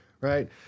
right